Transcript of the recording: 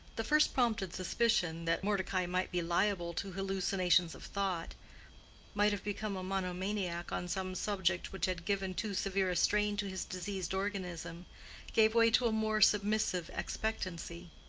the first-prompted suspicion that mordecai might be liable to hallucinations of thought might have become a monomaniac on some subject which had given too severe a strain to his diseased organism gave way to a more submissive expectancy.